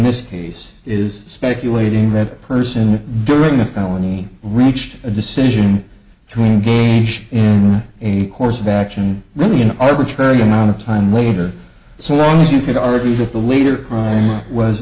this case is speculating that person during a felony reached a decision between games in a course of action really an arbitrary amount of time later so long as you could argue that the leader kramer was